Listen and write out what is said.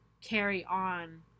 carry-on